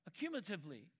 accumulatively